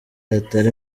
hatari